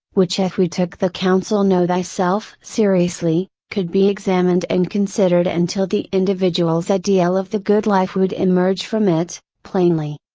which if we took the counsel know thyself seriously, could be examined and considered until the individual's ideal of the good life would emerge from it, plainly.